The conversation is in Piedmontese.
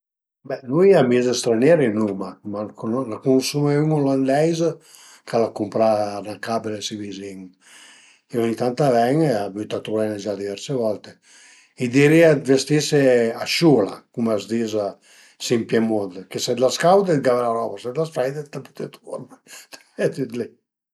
Be, nui amis stranieri n'uma, n'a cunusuma ün ulandeis ch'al a cumprà 'na ca si vizin, ogni tant a ven e al e gia venune truvé diverse volte. I dirìa dë vestise a siula cum a s'dis si ën Piemunt, përché së l'as caud, t'gave la roba, së l'as freit t'la büte turna e tüt li